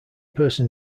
person